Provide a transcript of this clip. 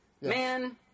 man